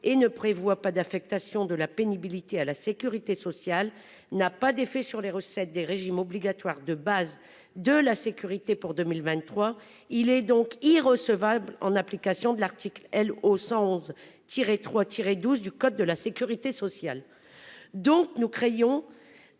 et ne prévoit pas d'affectation de la pénibilité à la sécurité sociale n'a pas d'effet sur les recettes des régimes obligatoires de base de la sécurité pour 2023. Il est donc irrecevable en application de l'article L O 111 tirer 3 tirer 12 du code de la sécurité sociale. Donc nous crayons.